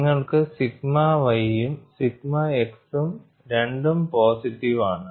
നിങ്ങൾക്ക് sigma Y യും sigma x ഉം രണ്ടും പോസിറ്റീവ് ആണ്